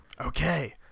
Okay